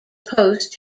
post